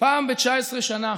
פעם ב-19 שנה